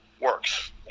works